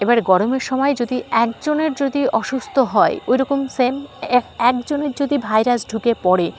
এবার গরমের সময় যদি একজনের যদি অসুস্থ হয় ওইরকম সেম এক একজনের যদি ভাইরাস ঢুকে পড়ে